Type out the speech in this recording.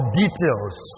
details